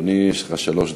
אדוני, יש לך שלוש דקות.